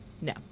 No